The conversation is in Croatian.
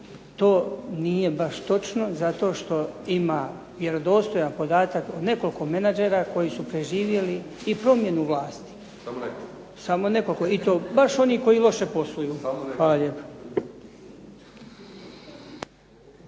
To nije baš točno, zato što ima vjerodostojan podatak o nekoliko menadžera koji su preživjeli i promjenu vlasti, samo nekoliko. I to baš onih koji loše posluju. Hvala lijepo.